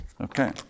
Okay